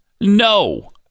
No